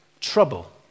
trouble